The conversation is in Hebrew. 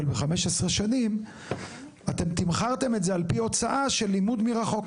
ב-15 שנים אתם תמחרתם את זה על פי הוצאה של לימוד מרחוק?